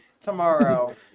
tomorrow